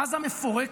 עזה מפורקת,